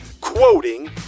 quoting